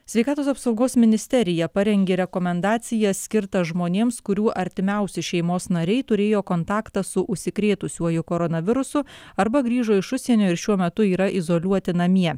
sveikatos apsaugos ministerija parengė rekomendacijas skirtas žmonėms kurių artimiausi šeimos nariai turėjo kontaktą su užsikrėtusiuoju koronavirusu arba grįžo iš užsienio ir šiuo metu yra izoliuoti namie